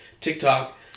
TikTok